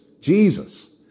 Jesus